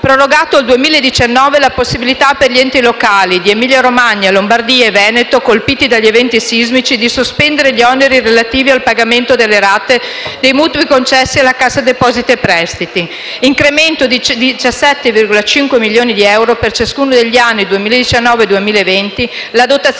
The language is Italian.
prorogata al 2019 la possibilità per gli enti locali di Emilia-Romagna, Lombardia e Veneto colpiti dagli eventi sismici, di sospendere gli oneri relativi al pagamento delle rate dei mutui concessi dalla Cassa depositi e prestiti; incrementato di 17,5 milioni di euro per ciascuno degli anni 2019-2020